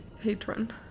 patron